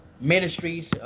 ministries